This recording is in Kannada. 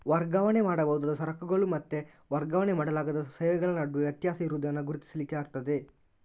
ವರ್ಗಾವಣೆ ಮಾಡಬಹುದಾದ ಸರಕುಗಳು ಮತ್ತೆ ವರ್ಗಾವಣೆ ಮಾಡಲಾಗದ ಸೇವೆಗಳ ನಡುವೆ ವ್ಯತ್ಯಾಸ ಇರುದನ್ನ ಗುರುತಿಸ್ಲಿಕ್ಕೆ ಆಗ್ತದೆ